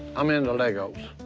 i'm into legos.